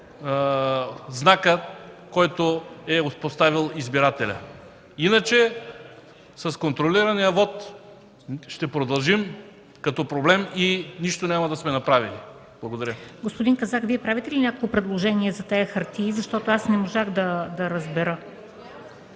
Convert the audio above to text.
знака, който е поставил избирателят. Иначе с контролирания вот ще продължим като проблем и нищо няма да сме направили. Благодаря.